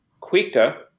quicker